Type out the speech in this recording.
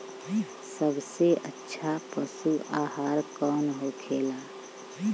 सबसे अच्छा पशु आहार कौन होखेला?